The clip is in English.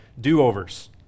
do-overs